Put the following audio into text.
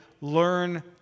learn